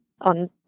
On